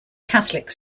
catholic